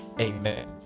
amen